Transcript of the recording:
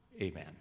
Amen